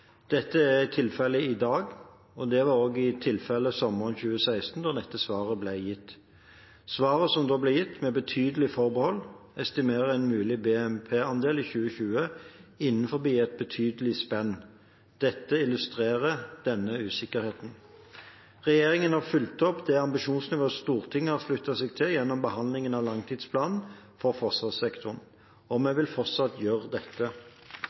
Dette er tilfellet i dag, og det var også tilfellet sommeren 2016 da dette svaret ble gitt. Svaret som da ble gitt, med betydelige forbehold, estimerer en mulig BNP-andel i 2020 innenfor et betydelig spenn. Dette illustrerer denne usikkerheten. Regjeringen har fulgt opp det ambisjonsnivået Stortinget har sluttet seg til gjennom behandlingen av langtidsplanen for forsvarssektoren. Vi vil fortsatt gjøre dette.